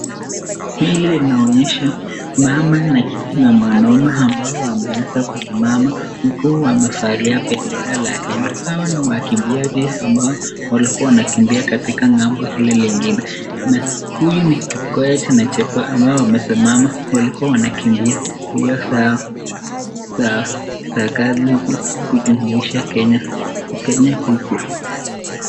Hili linaonyesha mama na mwanaume ambao wameweza kusimama huku wamevalia bendera la Kenya. Hawa ni wakimbiaji ambao walikua wanakimbia katika ngambo ile lingine. Huyu ni Kipkoech na Chepkoech ambao wamesimama walikua wanakimbia mbio zao za kazi huku kujumuisha Kenya huku.